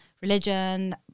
religion